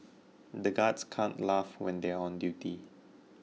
the guards can't laugh when they are on duty